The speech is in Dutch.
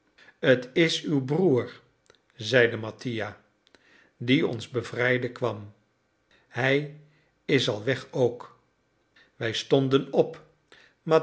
t is uw broer zeide mattia die ons bevrijden kwam hij is al weg ook wij stonden op